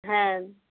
হ্যাঁ